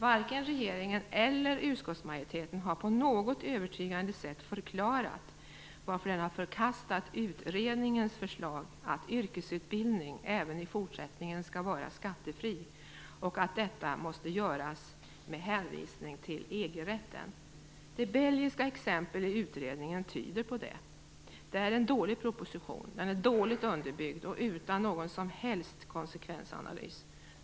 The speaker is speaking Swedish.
Varken regeringen eller utskottsmajoriteten har på något övertygande sätt förklarat varför den har förkastat utredningens förslag att yrkesutbildning även i fortsättningen skall vara skattefri och att detta måste göras med hänsvisning till EG-rätten. Det belgiska exemplet i utredningen tyder på det. Det här är en dålig proposition. Den är dåligt underbyggd och gjord utan någon som helst konsekvensanalys.